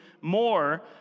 more